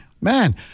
man